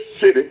city